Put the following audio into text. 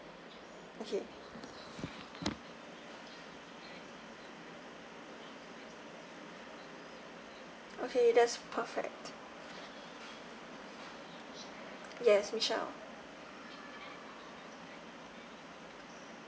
okay okay that's perfect yes michelle